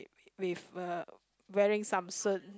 with uh wearing some suit